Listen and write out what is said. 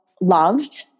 loved